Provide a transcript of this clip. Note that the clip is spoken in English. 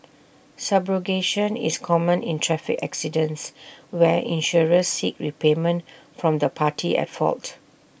subrogation is common in traffic accidents where insurers seek repayment from the party at fault